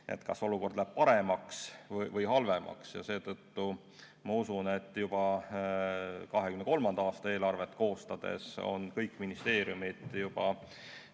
kas olukord läheb paremaks või halvemaks. Seetõttu ma usun, et juba 2023. aasta eelarvet koostades on kõik ministeeriumid